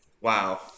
Wow